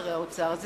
שרי האוצר,